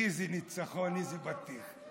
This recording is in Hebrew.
איזה ניצחון ואיזה בטיח?